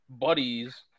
buddies